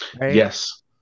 Yes